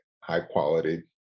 high-quality